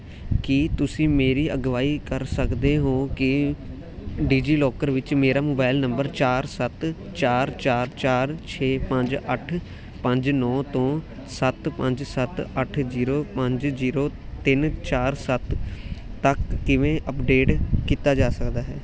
ਕੀ ਤੁਸੀਂ ਮੇਰੀ ਅਗਵਾਈ ਕਰ ਸਕਦੇ ਹੋ ਕਿ ਡਿਜੀਲੋਕਰ ਵਿੱਚ ਮੇਰਾ ਮੋਬੈਲ ਨੰਬਰ ਚਾਰ ਸੱਤ ਚਾਰ ਚਾਰ ਚਾਰ ਛੇ ਪੰਜ ਅੱਠ ਪੰਜ ਨੌਂ ਤੋਂ ਸੱਤ ਪੰਜ ਸੱਤ ਅੱਠ ਜੀਰੋ ਪੰਜ ਜੀਰੋ ਤਿੰਨ ਚਾਰ ਸੱਤ ਤੱਕ ਕਿਵੇਂ ਅੱਪਡੇਟ ਕੀਤਾ ਜਾ ਸਕਦਾ ਹੈ